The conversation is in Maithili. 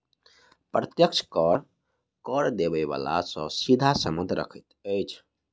प्रत्यक्ष कर, कर देबय बला सॅ सीधा संबंध रखैत अछि